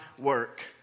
work